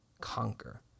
conquer